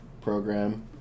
program